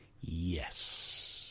yes